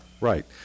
Right